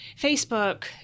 Facebook